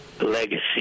Legacy